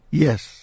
yes